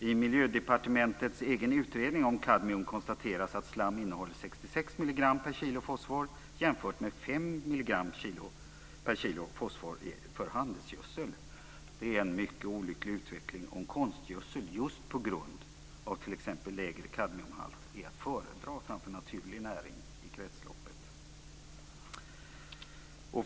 I Miljödepartementets egen utredning om kadmium konstateras att slam innehåller 66 milligram kadmium per kilo fosfor jämfört med 5 milligram kadmium per kilo fosfor för handelsgödsel. Det är en mycket olycklig utveckling om konstgödsel just på grund av t.ex. lägre kadmiumhalt är att föredra framför naturlig näring i kretsloppet.